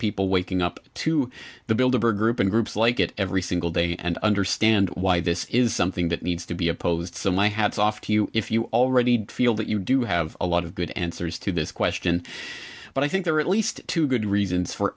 people waking up to the builder group and groups like it every single day and understand why this is something that needs to be opposed so my hats off to you if you already feel that you do have a lot of good answers to this question but i think there are at least two good reasons for